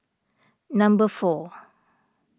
number four